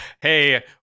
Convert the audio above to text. hey